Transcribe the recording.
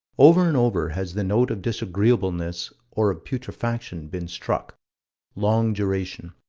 over and over has the note of disagreeableness, or of putrefaction, been struck long duration.